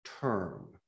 term